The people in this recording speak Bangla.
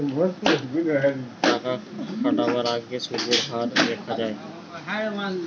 টাকা খাটাবার আগেই সুদের হার দেখা যায়